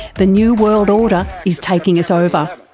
the new world order is taking us over,